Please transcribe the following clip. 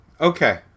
Okay